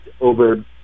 over